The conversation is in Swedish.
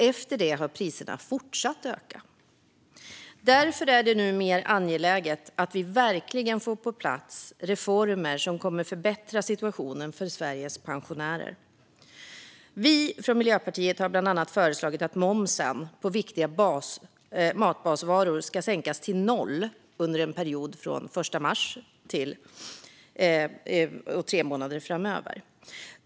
Efter det har priserna fortsatt att öka. Därför är det nu mer angeläget att vi verkligen får på plats reformer som kommer att förbättra situationen för Sveriges pensionärer. Vi från Miljöpartiet har bland annat föreslagit att momsen på viktiga basmatvaror ska sänkas till noll under en period från den 1 mars och tre månader framöver.